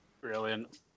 Brilliant